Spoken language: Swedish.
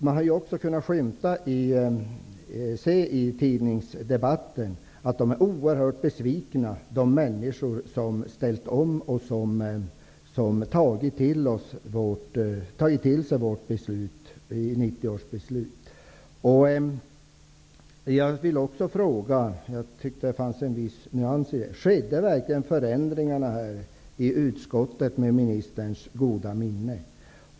Man har i tidningsdebatter kunnat se att de människor som har ställt om och som har tagit till sig vårt beslut från 1990 är oerhört besvikna. Jag vill fråga jordbruksministern, för jag tyckte att det fanns en viss antydan, om förändringarna i utskottet verkligen gjordes med ministerns goda minne.